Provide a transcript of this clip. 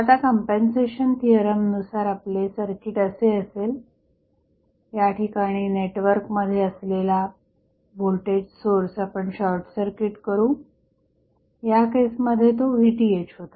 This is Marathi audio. आता कंम्पेन्सेशन थिअरम नुसार आपले सर्किट असे असेल या ठिकाणी नेटवर्कमध्ये असलेला व्होल्टेज सोर्स आपण शॉर्टसर्किट करू या केसमध्ये तो VTh होता